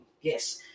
Yes